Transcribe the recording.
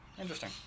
Interesting